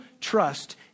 trust